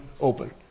open